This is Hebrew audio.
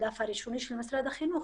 בדף הראשוני של משרד החינוך